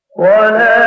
One